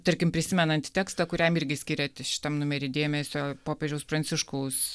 tarkim prisimenant tekstą kuriam irgi skiriat šitam numery dėmesio popiežiaus pranciškaus